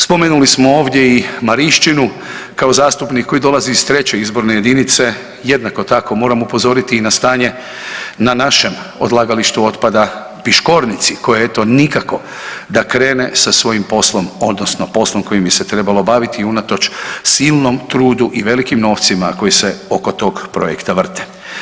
Spomenuli smo ovdje i Mariščinu kao zastupnik koji dolazi iz 3. izborne jedinice, jednako moram upozoriti i na stanje na našem odlagalištu otpada Piškornici koja eto nikako da krene sa svojim poslom odnosno poslom kojim bi se trebalo baviti i unatoč silnom trudu i velikim novcima koji se oko tog projekta vrte.